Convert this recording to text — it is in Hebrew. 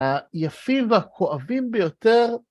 היפים והכואבים ביותר...